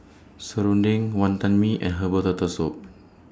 Serunding Wantan Mee and Herbal Turtle Soup